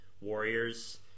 warriors